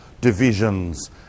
divisions